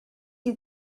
you